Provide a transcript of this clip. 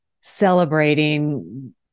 celebrating